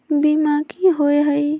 बीमा की होअ हई?